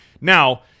Now